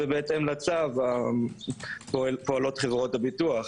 בהתאם לצו, פועלות חברות הביטוח.